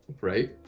right